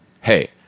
hey